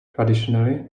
traditionally